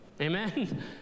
Amen